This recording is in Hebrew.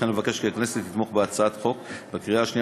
לכן אבקש כי הכנסת תתמוך בה בקריאה שנייה